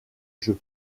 jeu